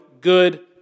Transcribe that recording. good